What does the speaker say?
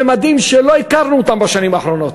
בממדים שלא הכרנו בשנים האחרונות.